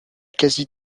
quasi